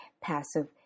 passive